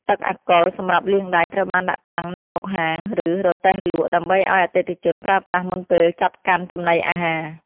ទឹកអាល់កុលសម្រាប់លាងដៃត្រូវបានដាក់តាំងនៅមុខហាងឬរទេះលក់ ដើម្បីឱ្យអតិថិជនប្រើប្រាស់មុនពេលចាប់កាន់ចំណីអាហារ។